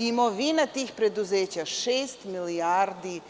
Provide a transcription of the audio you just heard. Imovina tih preduzeća 6 milijardi